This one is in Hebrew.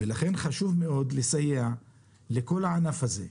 לכן חשוב מאוד לסייע לכל הענף הזה.